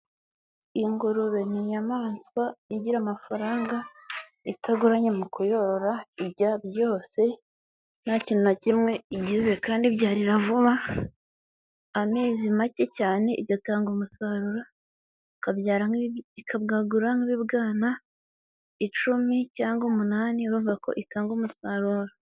Ingurube ni inyamaswa igira amafaranga itagoranye mu kuyorora, irya byose nta kintu na kimwe igize kandi byarira vuba amezi make cyane igatanga umusaruro, ikabwagura nk'ibibwana icumi cyangwa umunani, urumva ko itanga umusaruro.